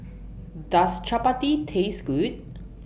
Does Chapati Taste Good